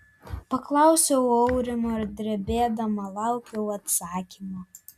paklausiau aurimo ir drebėdama laukiau atsakymo